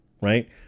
right